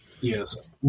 Yes